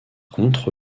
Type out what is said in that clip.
contre